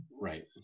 Right